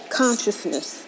consciousness